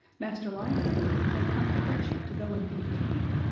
master lionel, dear, they've come to fetch you to go and be king.